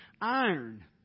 iron